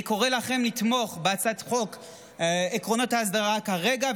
אני קורא לכם לתמוך בהצעת חוק עקרונות האסדרה כרגע,